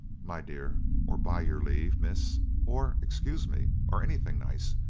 my dear or by your leave, miss or excuse me or anything nice,